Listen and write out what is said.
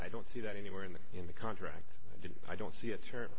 i don't see that anywhere in the in the contract i did i don't see a term